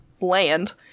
land